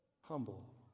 Humble